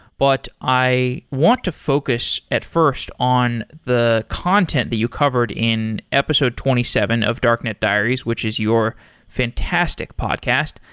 but i want to focus at first on the content that you covered in episode twenty seven of darknet diaries, which is your fantastic podcast.